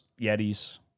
Yetis